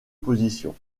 position